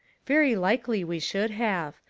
very likely we should have.